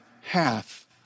half